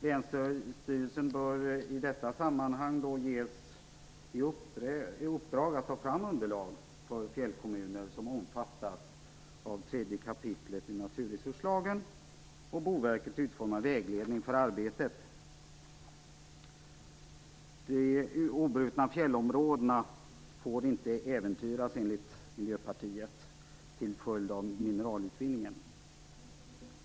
Länsstyrelsen bör i detta sammanhang ges i uppdrag att ta fram underlag för fjällkommuner som omfattas av 3 kap. naturresurslagen och Boverket att utforma vägledning för arbetet. De obrutna fjällområdena får enligt Miljöpartiet inte äventyras till följd av mineralutvinningen.